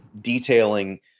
detailing